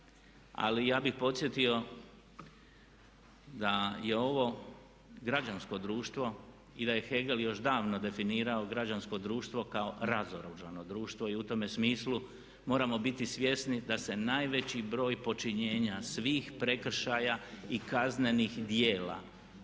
ali ja bih podsjetio da je ovo građansko društvo i da je Hegel još davno definirao građansko društvo kao razoružano društvo i u tome smislu moramo biti svjesni da se najveći broj počinjenja svih prekršaja i kaznenih djela